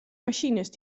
machines